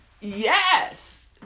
Yes